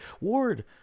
Ward